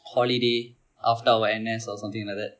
holiday after our N_S or something like that